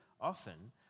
often